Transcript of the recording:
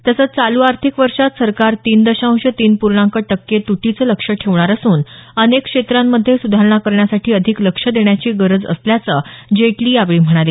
तसंच चालू आर्थिक वर्षात सरकार तीन दशांश तीन पूर्णांक टक्के तुटीचं लक्ष्य ठेवणार असून अनेक क्षेत्रांमध्ये सुधारणा करण्यासाठी अधिक लक्ष देण्याची गरज असल्याचं जेटली यावेळी म्हणाले